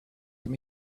from